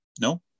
No